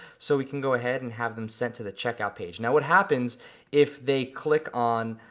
so we can go ahead and have them sent to the checkout page. now what happens if they click on,